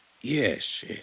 Yes